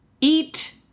eat